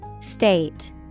State